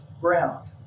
ground